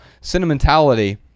sentimentality